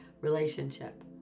relationship